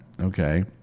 Okay